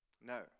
no